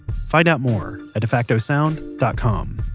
find out more at defacto sound dot com.